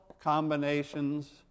combinations